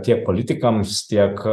tiek politikams tiek